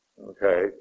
Okay